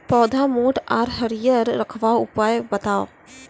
पौधा मोट आर हरियर रखबाक उपाय बताऊ?